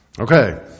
Okay